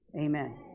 Amen